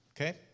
Okay